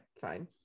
fine